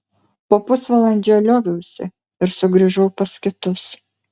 po pusvalandžio lioviausi ir sugrįžau pas kitus